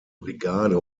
brigade